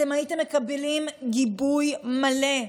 אתם הייתם מקבלים גיבוי מלא,